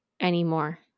anymore